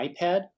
iPad